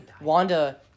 Wanda